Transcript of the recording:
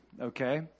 Okay